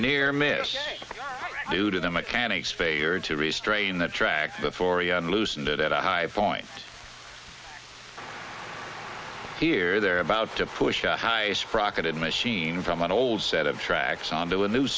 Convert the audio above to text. near miss due to the mechanics failure to restrain the track before ian loosened it at a high point here they're about to push a high sprocket and machine from an old set of tracks onto a new